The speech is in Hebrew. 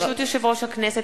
ברשות יושב-ראש הכנסת,